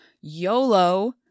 YOLO